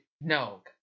No